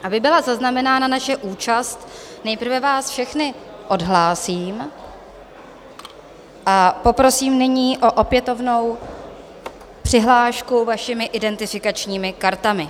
Aby byla zaznamenána naše účast, nejprve vás všechny odhlásím a poprosím nyní o opětovnou přihlášku vašimi identifikačními kartami.